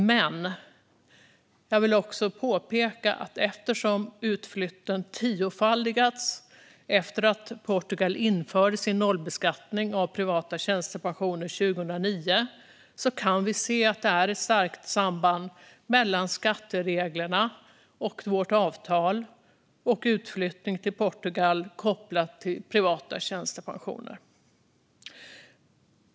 Men jag vill också påpeka detta: Eftersom utflytten tiofaldigats efter att Portugal 2009 införde sin nollbeskattning av privata tjänstepensioner kan vi se att det är ett starkt samband mellan skattereglerna och vårt avtal och utflyttningen till Portugal, kopplat till privata tjänstepensioner.